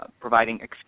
providing